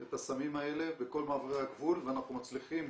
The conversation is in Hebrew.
את הסמים האלה בכל מעברי הגבול, ואנחנו מצליחים